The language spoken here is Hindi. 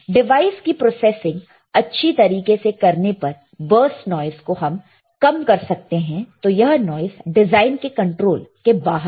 डिवाइस की प्रोसेसिंग अच्छी तरीके से करने पर बरस्ट नॉइस को कम कर सकते हैं तो यह नॉइस डिजाइन के कंट्रोल के बाहर है